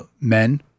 Men